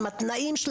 לתנאים,